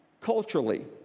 culturally